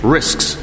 Risks